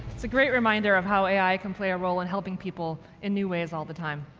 it's a great reminder of how ai can play a role in helping people in new ways all the time.